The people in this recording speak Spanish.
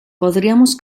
podríamos